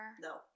No